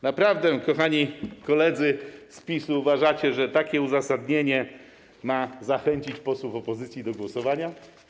Naprawdę, kochani koledzy z PiS-u, uważacie, że takie uzasadnienie ma zachęcić posłów opozycji do głosowania?